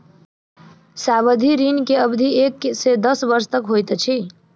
सावधि ऋण के अवधि एक से दस वर्ष तक होइत अछि